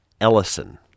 Ellison